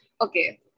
Okay